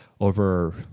over